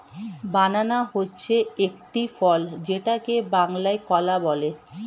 বানানা হচ্ছে একটি ফল যেটাকে বাংলায় কলা বলে